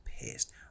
pissed